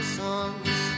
songs